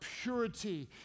purity